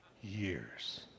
years